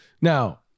Now